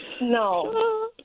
No